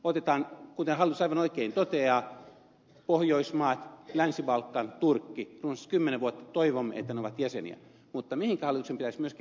otetaan kuten hallitus aivan oikein toteaa pohjoismaat länsi balkan turkki toivon että ne ovat jäseniä runsaan kymmenen vuoden kuluttua